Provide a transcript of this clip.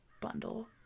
bundle